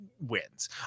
wins